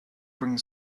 bring